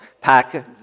pack